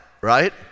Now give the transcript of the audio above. right